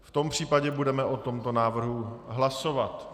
V tom případě budeme o tomto návrhu hlasovat.